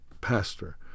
pastor